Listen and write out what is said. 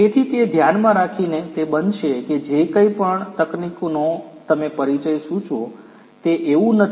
તેથી તે ધ્યાનમાં રાખીને તે બનશે કે જે કોઈ પણ તકનીકનો તમે પરિચય સૂચવો તે એવું નથી